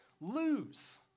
lose